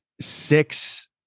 six